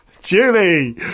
julie